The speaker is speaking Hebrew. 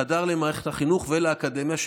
חדר למערכת החינוך ולאקדמיה.